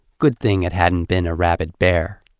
good thing it hadn't been a rabid bear.